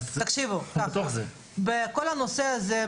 תקשיבו: בכל הנושא הזה,